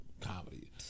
comedy